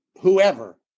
whoever